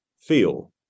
feel